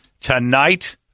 tonight